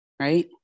Right